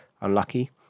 unlucky